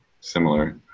similar